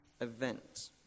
event